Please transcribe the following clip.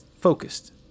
focused